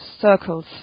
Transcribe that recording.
circles